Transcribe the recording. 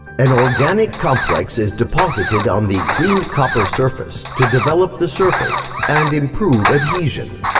an organic complex is deposited on the cleaned copper surface to develop the surface and improve adhesion.